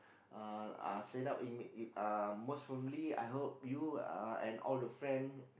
uh uh set up uh most probably I hope you uh and all the friend